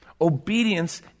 obedience